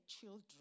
children